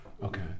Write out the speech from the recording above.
Okay